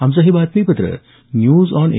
आमचं हे बातमीपत्र न्यूज ऑन ए